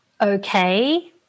okay